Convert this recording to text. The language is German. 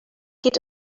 geht